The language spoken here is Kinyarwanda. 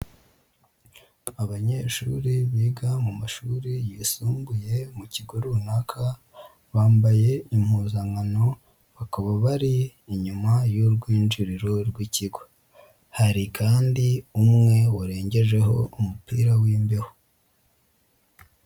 Abanyeshuri biga mu mashuri yisumbuye mu kigo runaka, bambaye impuzankano bakaba bari inyuma y'urwinjiriro rw'ikigo. Hari kandi umwe warengejeho umupira w'imbeho.